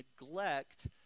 neglect